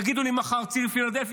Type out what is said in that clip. יגידו לי מחר: ציר פילדלפי,